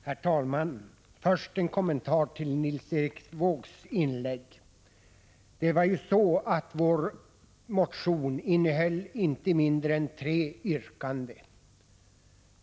Herr talman! Först en kommentar till Nils Erik Wåågs inlägg. Vår motion innehöll inte mindre än tre yrkanden.